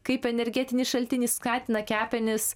kaip energetinis šaltinį skatina kepenis